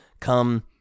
come